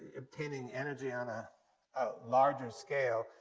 obtaining energy on a larger scale,